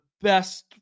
best